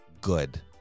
good